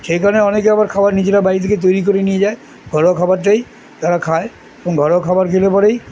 সেইখানে অনেকে আবার খাবার নিজেরা বাড়ি থেকে তৈরি করে নিয়ে যায় ঘরোয়া খাবারটাই তারা খায় ঘরোয়া খাবার খেলে পরেই